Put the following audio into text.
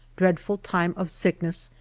dreadful time of sickness,